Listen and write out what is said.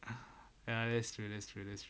ya that's true that's true that's true